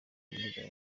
muri